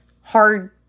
hard